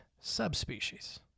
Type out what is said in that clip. subspecies